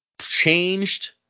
changed